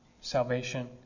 salvation